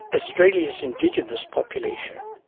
australia's indigenous population,